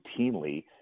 routinely